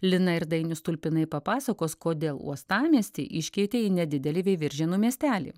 lina ir dainius tulpinai papasakos kodėl uostamiestį iškeitė į nedidelį veiviržėnų miestelį